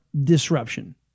disruption